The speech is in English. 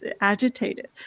agitated